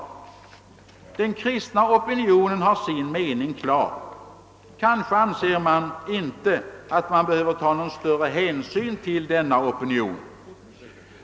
Den kristna opinionen har sin mening klar. Kanske anser man det inte nödvändigt att ta någon större hänsyn till denna opinion.